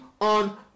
on